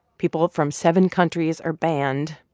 people from seven countries are banned,